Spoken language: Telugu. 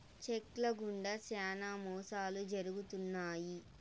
చెక్ ల గుండా శ్యానా మోసాలు జరుగుతున్నాయి